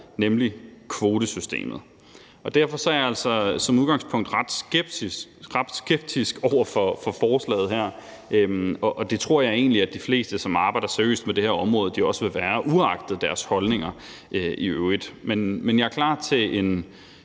nemlig kvotesystemet. Derfor er jeg altså som udgangspunkt ret skeptisk over for forslaget her, og det tror jeg egentlig at de fleste, som arbejder seriøst med det her område, også vil være, uagtet deres holdninger i øvrigt. Men jeg er klar til en